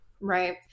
Right